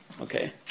Okay